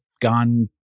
gone